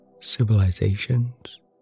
civilizations